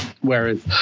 whereas